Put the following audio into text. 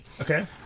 Okay